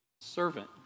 servant